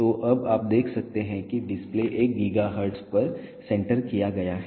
तो अब आप देख सकते हैं कि डिस्प्ले 1 GHz पर सेंटर किया गया है